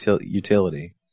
utility